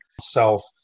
self